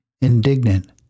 indignant